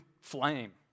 flame